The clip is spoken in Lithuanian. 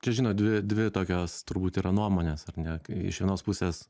čia žinot dvi dvi tokios turbūt yra nuomonės ar ne kai iš vienos pusės